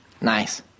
nice